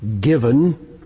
given